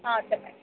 చెప్పండి